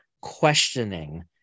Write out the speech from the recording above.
questioning